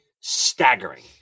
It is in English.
staggering